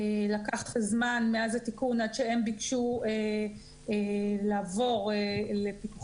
לקח קצת זמן מאז התיקון עד שהם ביקשו לעבור לפיקוחנו,